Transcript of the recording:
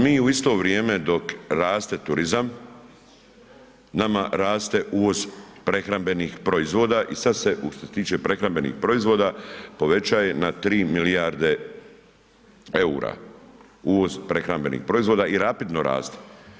Mi u isto vrijeme dok raste turizam, nama raste uvoz prehrambenih proizvoda i sad se, što se tiče prehrambenih proizvoda, povećaje na 3 milijarde EUR-a, uvoz prehrambenih proizvoda i rapidno raste.